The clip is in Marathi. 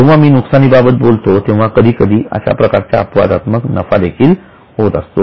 जेव्हा मी नुकसानीबाबत बोलतो तेव्हा कधीकधी अशा प्रकारचा अपवादात्मक नफा देखील होत असतो